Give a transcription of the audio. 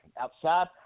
Outside